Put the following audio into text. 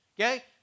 Okay